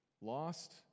lost